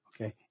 okay